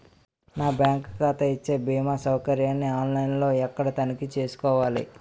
నా బ్యాంకు ఖాతా ఇచ్చే భీమా సౌకర్యాన్ని ఆన్ లైన్ లో ఎక్కడ తనిఖీ చేసుకోవాలి?